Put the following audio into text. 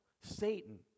Satan